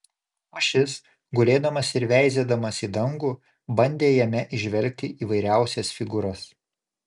o šis gulėdamas ir veizėdamas į dangų bandė jame įžvelgti įvairiausias figūras